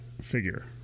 figure